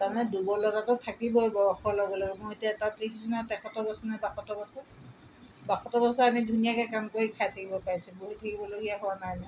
তাৰমানে দুৰ্বলতাটো থাকিবই বয়সৰ লগে লগে মই এতিয়া তাত দেখিছোঁ নহয় তেসত্তৰ বছৰ নে বাসত্তৰ বছৰ বাসত্তৰ বছৰ আমি ধুনীয়াকৈ কাম কৰি খাই থাকিব পাৰিছোঁ বহি থাকিবলগীয়া হোৱা নাই নহ্